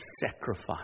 sacrifice